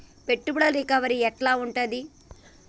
పెట్టుబడుల రికవరీ ఎట్ల ఉంటది?